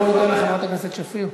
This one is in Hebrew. בואו ניתן לחברת הכנסת שפיר.